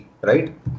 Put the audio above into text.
Right